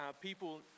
people